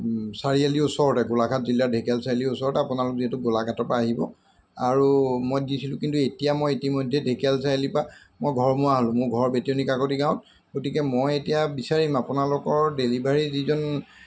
চাৰিআলিৰ ওচৰতে গোলাঘাট জিলাৰ ঢেকীয়াল চাৰিআলিৰ ওচৰতে আপোনালোক যিহেতু গোলাঘাটৰপৰা আহিব আৰু মই দিছিলোঁ কিন্তু এতিয়া মই ইতিমধ্যে ঢেকীয়াল চাৰিআলিৰপৰা মই ঘৰমোৱা হ'লোঁ মোৰ ঘৰ বেতিয়নী কাকতি গাঁৱত গতিকে মই এতিয়া বিচাৰিম আপোনালোকৰ ডেলিভাৰী যিজন